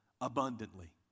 abundantly